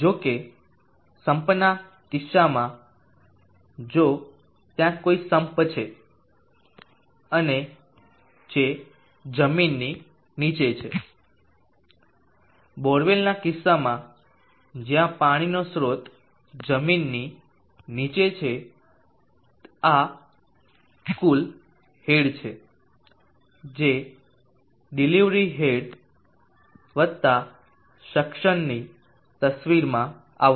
જો કે સમ્પના કિસ્સામાં જો ત્યાં કોઈ સમ્પ છે જે જમીનની નીચે છે બોરવેલના કિસ્સામાં જ્યાં પાણીનો સ્ત્રોત જમીનની નીચે છે આ કુલ હેડ છે જે ડિલિવરી હેડ વત્તા સક્શનની તસ્વીરમાં આવશે